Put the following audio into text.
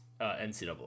NCAA